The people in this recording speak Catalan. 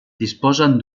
disposen